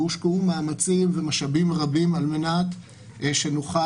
הושקעו מאמצים ומשאבים רבים על מנת שנוכל